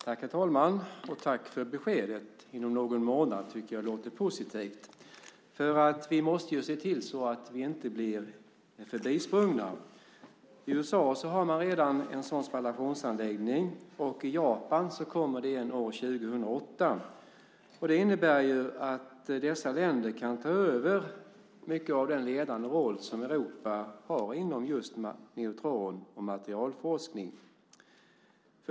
Herr talman! Jag tackar för beskedet. Att det sker inom någon månad tycker jag låter positivt. Vi måste se till att vi inte blir förbisprungna. I USA har man redan en sådan spallationsanläggning, och i Japan kommer det en år 2008. Det innebär att dessa länder kan ta över mycket av den ledande roll som Europa har inom just neutron och materialforskning.